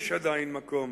יש עדיין מקום